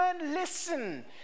listen